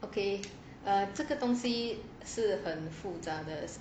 okay 这个东西是很复杂的